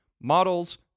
models